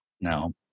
No